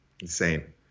Insane